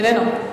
איננו.